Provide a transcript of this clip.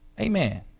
Amen